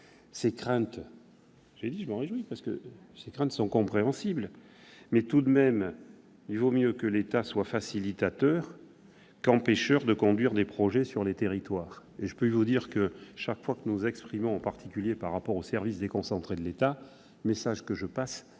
Ces craintes sont compréhensibles, mais tout de même, il vaut mieux que l'État soit facilitateur qu'empêcheur de conduire des projets sur les territoires ! Chaque fois que nous nous exprimons en particulier devant les services déconcentrés de l'État, le message que je transmets,